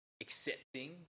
accepting